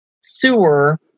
sewer